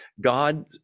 God